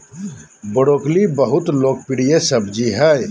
broccoli बहुत लोकप्रिय सब्जी हइ